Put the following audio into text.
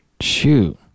Shoot